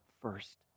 first